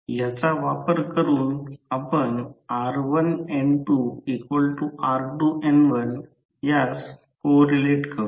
याचा वापर करून आपण r1N2r2N1 यास को रिलेट करू